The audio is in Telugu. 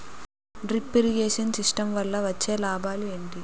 డ్రిప్ ఇరిగేషన్ సిస్టమ్ వల్ల వచ్చే లాభాలు ఏంటి?